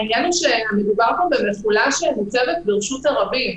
העניין הוא שמדובר במכולה שניצבת ברשות הרבים,